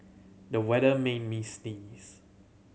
the weather made me sneeze